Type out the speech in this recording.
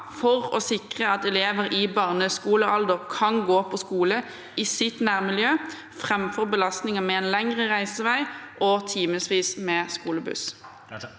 for å sikre at elever i barneskolealder kan gå på skole i sitt nærmiljø framfor belastningen med lengre reisevei og timevis på skolebuss?